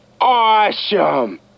awesome